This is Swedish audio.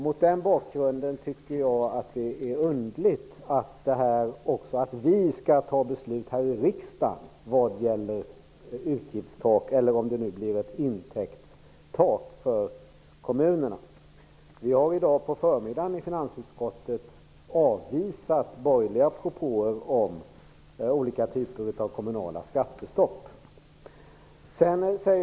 Mot den bakgrunden tycker jag att det är underligt att vi här i riksdagen skall fatta beslut om ett utgiftstak, eller ett intäktstak, för kommunerna. Vi har i dag på förmiddagen i finansutskottet avvisat borgerliga propåer om olika typer av kommunala skattestopp.